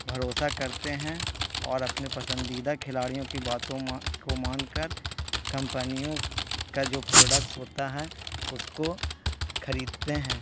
بھروسہ کرتے ہیں اور اپنے پسندیدہ کھلاڑیوں کی باتوں کو مان کر کمپنیوں کا جو پروڈکٹس ہوتا ہے اس کو خریدتے ہیں